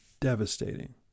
devastating